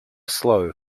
slow